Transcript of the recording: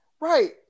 Right